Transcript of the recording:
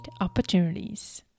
opportunities